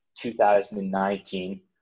2019